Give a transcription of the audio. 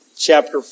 chapter